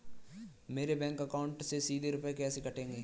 मेरे bank account से सीधे रुपए कैसे कटेंगे?